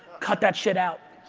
cut that shit out.